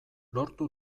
lortu